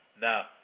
Now